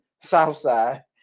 Southside